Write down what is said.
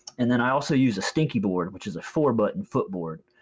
and then i also use a stinkyboard, which is a four button footboard.